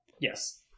yes